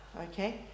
okay